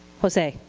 jose.